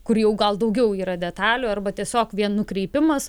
kur jau gal daugiau yra detalių arba tiesiog vien nukreipimas